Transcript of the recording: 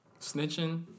snitching